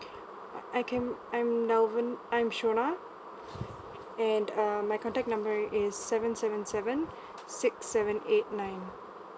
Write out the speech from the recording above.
I can I'm nauwen I'm suna and uh my contact number is seven seven seven six seven eight nine